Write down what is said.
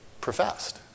professed